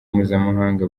mpuzamahanga